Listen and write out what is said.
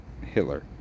Hitler